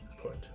put